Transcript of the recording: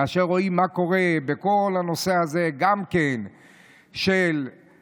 כאשר רואים מה קורה בכל הנושא הזה של הבעיות